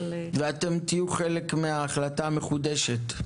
אבל --- אתם תהיו חלק מההחלטה המחודשת?